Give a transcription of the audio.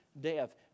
death